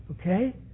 Okay